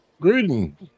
Greetings